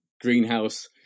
greenhouse